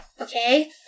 Okay